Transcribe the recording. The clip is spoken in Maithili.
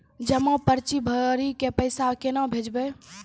जमा पर्ची भरी के पैसा केना भेजबे?